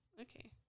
Okay